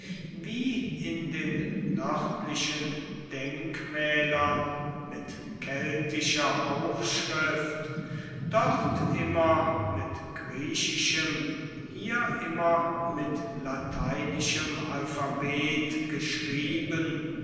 wie in den nördlichen denkmäler mit keltischer aufschrift dort immer mit griechischem hier immer mit lateinischem alphabet geschrieben